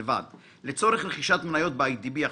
- לצורך רכישת מניות ב"אי.די.בי אחזקות",